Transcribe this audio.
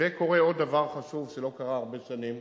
וקורה עוד דבר חשוב שלא קרה הרבה שנים: